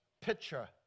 picture